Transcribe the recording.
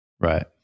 Right